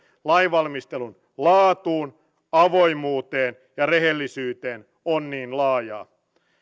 lainvalmistelun laatuun avoimuuteen ja rehellisyyteen on niin laajaa